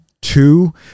two